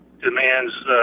Demands